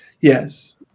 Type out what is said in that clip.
Yes